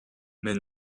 mais